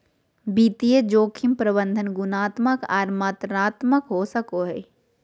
वित्तीय जोखिम प्रबंधन गुणात्मक आर मात्रात्मक हो सको हय